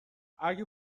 اگه